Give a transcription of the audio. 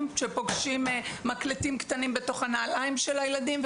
אחרי שמוצאים מכשירי הקלטה בתוך הנעליים של הילדים.